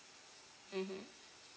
mmhmm